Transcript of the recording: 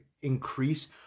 increase